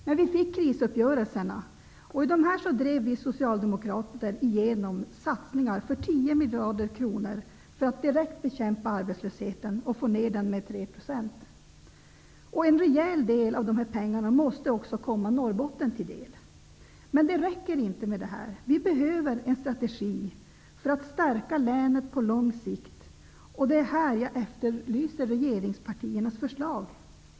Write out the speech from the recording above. Men vi fick krisuppgörelserna, och i dem drev vi socialdemokrater igenom satsningar för 10 miljarder kronor för att direkt bekämpa arbetslösheten och få ned den med 3 %. En rejäl del av de pengarna måste också komma Norrbotten till del. Men det räcker inte! Vi behöver en strategi för att stärka länet på lång sikt, och det är här jag efterlyser regeringspartiernas förslag.